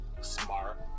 smart